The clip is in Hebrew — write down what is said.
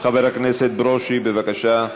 חבר הכנסת ברושי, בבקשה.